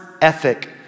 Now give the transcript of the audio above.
ethic